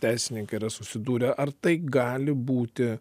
teisininkai yra susidūrę ar tai gali būti